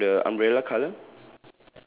can you describe the umbrella colour